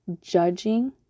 judging